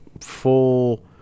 full